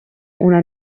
una